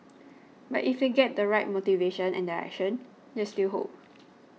but if they get the right motivation and direction there's still hope